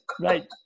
right